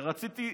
כשרציתי,